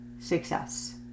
success